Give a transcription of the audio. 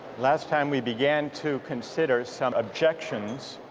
last time we began to consider some objections